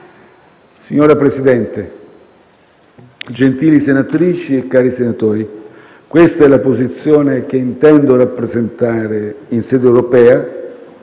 Signor Presidente, gentili senatrici e cari senatori, questa è la posizione che intendo rappresentare in sede europea.